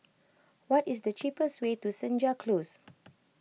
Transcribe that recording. what is the cheapest way to Senja Close